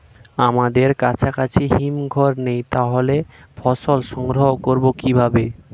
আমাদের কাছাকাছি হিমঘর নেই তাহলে ফসল সংগ্রহ করবো কিভাবে?